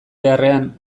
beharrean